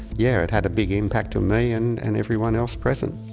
yeah, it had a big impact on me and and everyone else present.